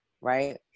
right